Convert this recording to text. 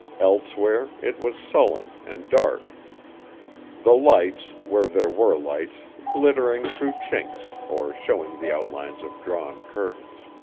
elsewhere it was sullen and dark the lights, where there were lights, glittering through chinks, or showing the outlines of drawn curtains.